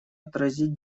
отразить